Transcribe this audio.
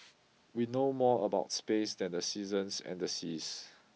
we know more about space than the seasons and the seas